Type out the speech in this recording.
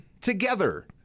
together